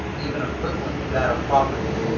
even equivalent to that of property,